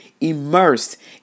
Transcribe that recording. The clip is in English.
immersed